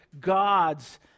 gods